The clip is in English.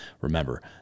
Remember